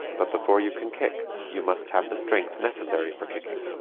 but before you can kick, you must have the strength necessary for kicking.